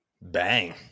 Bang